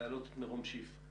אני מבקש להעלות את מירום שיף,